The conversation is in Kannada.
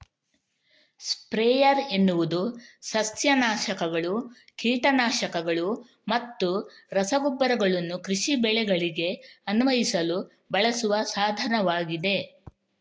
ಸ್ಪ್ರೇಯರ್ ಎನ್ನುವುದು ಸಸ್ಯ ನಾಶಕಗಳು, ಕೀಟ ನಾಶಕಗಳು ಮತ್ತು ರಸಗೊಬ್ಬರಗಳನ್ನು ಕೃಷಿ ಬೆಳೆಗಳಿಗೆ ಅನ್ವಯಿಸಲು ಬಳಸುವ ಸಾಧನವಾಗಿದೆ